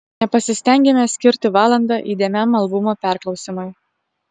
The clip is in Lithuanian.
nepasistengiame skirti valandą įdėmiam albumo perklausymui